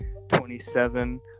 27